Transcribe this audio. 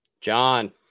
John